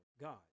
God